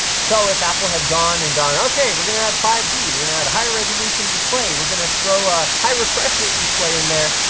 so if apple had gone and gone, okay, we're gonna add five g, we're gonna add a higher resolution display, we're gonna throw a high refresh rate display in there,